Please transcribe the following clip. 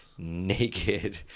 naked